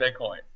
Bitcoin